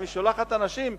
אם היא שולחת אנשים,